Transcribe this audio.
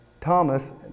Thomas